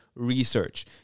research